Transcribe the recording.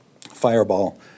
fireball